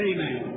Amen